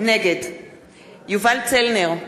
נגד יובל צלנר,